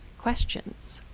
questions?